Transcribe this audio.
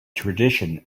tradition